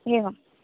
एवम्